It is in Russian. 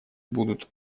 будут